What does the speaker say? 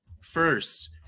First